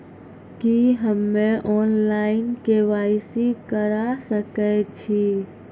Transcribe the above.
की हम्मे online, KYC करा सकैत छी?